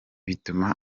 bituma